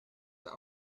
that